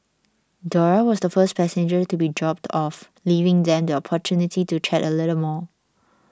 Dora was the last passenger to be dropped off leaving them the opportunity to chat a little bit more